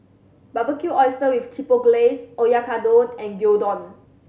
Barbecued Oyster with Chipotle Glaze Oyakodon and Gyudon